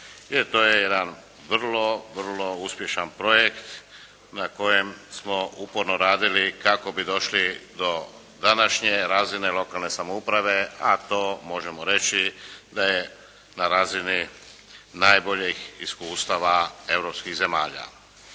to je jedan vrlo, vrlo uspješan projekt na kojem smo uporno radili kako bi došli do današnje razine lokalne samouprave, a to možemo reći da je na razini najboljih iskustava europskih zemalja.